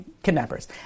Kidnappers